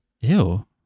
Ew